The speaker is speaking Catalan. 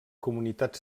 comunitat